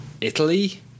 Italy